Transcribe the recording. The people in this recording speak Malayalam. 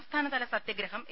സംസ്ഥാനതല സത്യഗ്രം എ